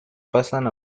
pasan